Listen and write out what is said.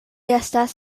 estas